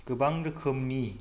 गोबां रोखोमनि